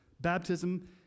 Baptism